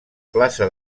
plaça